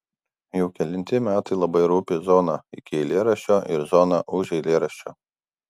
jau kelinti metai labai rūpi zona iki eilėraščio ir zona už eilėraščio